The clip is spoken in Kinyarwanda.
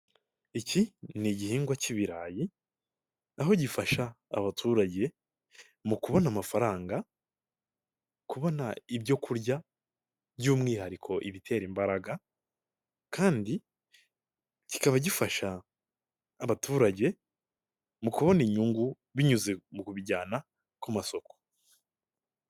Iki ni igihingwa cy'ibirayi aho gifasha abaturage mu kubona amafaranga kubona ibyo kurya by'umwihariko ibitera imbaraga kandi kikaba gifasha abaturage mu kubona inyungu binyuze mu kubijyana ku masoko.